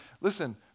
listen